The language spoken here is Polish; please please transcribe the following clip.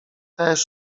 też